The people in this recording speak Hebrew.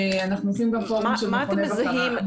אנחנו גם עושים פורום של מכוני בקרה.